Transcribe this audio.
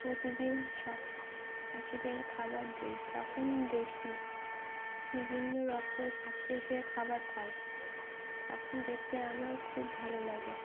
প্রতিদিন সকালে পাখিদের খাবার দিই তখন দেখি বিভিন্ন রকমের পাখি এসে খাবার খায় তখন দেখতে আমার খুব ভালো লাগে